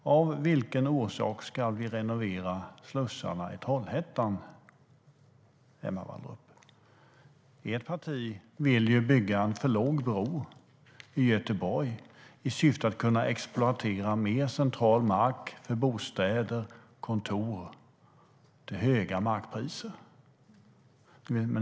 Av vilken orsak ska vi renovera slussarna i Trollhättan, Emma Wallrup? Ert parti vill bygga en alltför låg bro i Göteborg i syfte att kunna exploatera mer central mark för bostäder och kontor, och detta till höga markpriser.